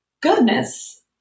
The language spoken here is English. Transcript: goodness